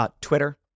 Twitter